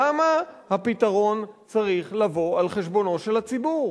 למה הפתרון צריך לבוא על חשבונו של הציבור?